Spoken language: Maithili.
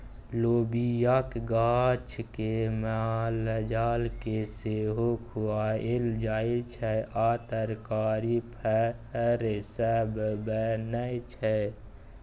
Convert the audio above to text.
लोबियाक गाछ केँ मालजाल केँ सेहो खुआएल जाइ छै आ तरकारी फर सँ बनै छै